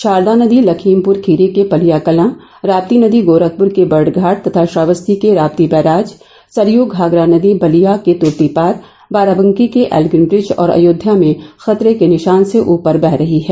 ग़रदा नदी लखीमपुर खीरी के पलियाकला राप्ती नदी गोरखपुर के बर्डघाट तथा श्रावस्ती के राप्ती बैराज सरयू घाघरा नदी बलिया के तूर्तीपार बाराबंकी के एल्गिन ब्रिज और अयोध्या में खतरे के निशान से ऊपर बह रही हैं